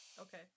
Okay